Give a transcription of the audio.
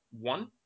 one